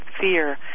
fear